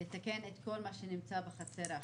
לתקן את כל מה שנמצא בחצר האחורית,